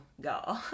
go